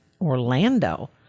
Orlando